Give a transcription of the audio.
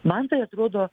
man tai atrodo